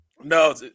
No